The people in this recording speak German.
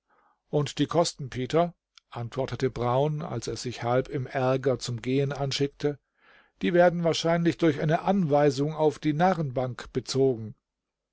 und die kosten peter antwortete brown als er sich halb im aerger zum gehen anschickte die werden wahrscheinlich durch eine anweisung auf die narrenbank bezogen